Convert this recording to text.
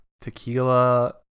tequila